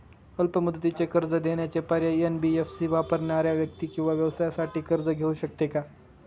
अल्प मुदतीचे कर्ज देण्याचे पर्याय, एन.बी.एफ.सी वापरणाऱ्या व्यक्ती किंवा व्यवसायांसाठी कर्ज घेऊ शकते का?